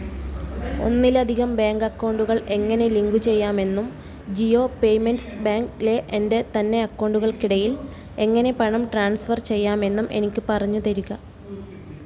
ഒന്നിലധികം ബാങ്ക് അക്കൗണ്ടുകൾ എങ്ങനെ ലിങ്ക് ചെയ്യാമെന്നും ജിയോ പേയ്മെന്റ്സ് ബാങ്ക് ലെ എൻ്റെ തന്നെ അക്കൗണ്ടുകൾക്കിടയിൽ എങ്ങനെ പണം ട്രാൻസ്ഫർ ചെയ്യാമെന്നും എനിക്ക് പറഞ്ഞ് തരിക